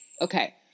Okay